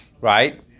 right